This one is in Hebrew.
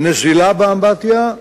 נזילה באמבטיה,